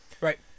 Right